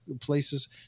places